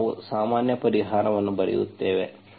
ಈಗ ನಾವು ಸಾಮಾನ್ಯ ಪರಿಹಾರವನ್ನು ಬರೆಯುತ್ತೇವೆ